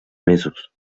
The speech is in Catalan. mesos